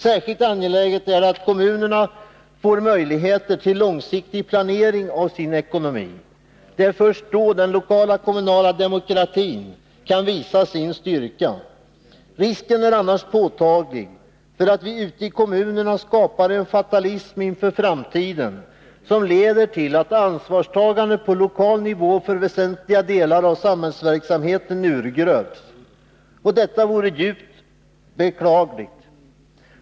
Särskilt angeläget är det att kommunerna får möjligheter till långsiktig planering av sin ekonomi — det är först då den lokala kommunala demokratin kan visa sin styrka. Risken är annars påtaglig för att vi ute i kommunerna skapar en fatalism inför framtiden, som leder till att ansvarstagandet på lokal nivå för väsentliga delar av samhällsverksamheten urgröps. Detta vore djupt beklagligt.